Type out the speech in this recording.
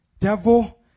devil